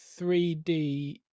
3D